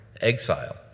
exile